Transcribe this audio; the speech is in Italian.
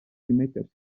rimettersi